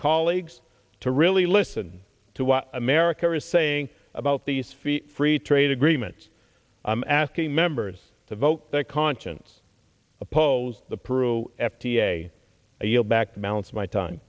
colleagues to really listen to what america is saying about these feel free trade agreements i'm asking members to vote their conscience oppose the peru f d a appeal back to balance my time